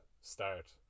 start